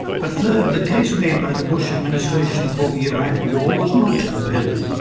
but, third, the case made by the bush administration for the iraq war was not compelling.